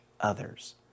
others